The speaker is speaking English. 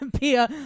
beer